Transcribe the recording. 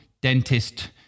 dentist